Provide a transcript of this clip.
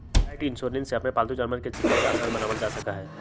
पेट insurance से अपन पालतू जानवर के चिकित्सा आसान बनावल जा सका हई